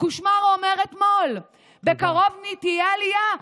קושמרו אומר אתמול: בקרוב תהיה עלייה,